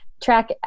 track